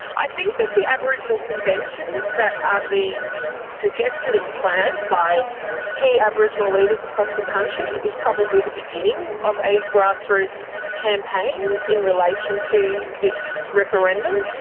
i think that the aboriginal conventions that are being suggested and planned by key aboriginal leaders across the country is probably the beginning of a grassroots campaign in relation to this referendum.